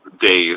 days